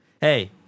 Hey